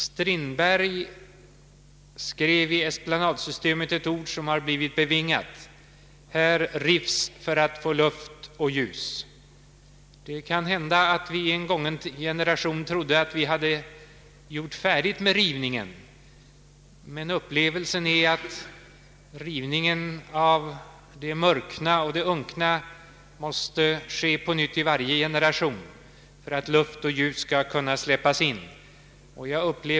Strindberg skrev i Esplanadsystemet något som blivit bevingade ord: ”Här rivs för att få luft och ljus.” Det kan hända att vi i en gången generation trodde att vi rivit färdigt, men upplevelsen är att rivningen av det murkna och det unkna måste ske på nytt i varje generation för att luft och ljus skall kunna släppas in.